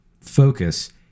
focus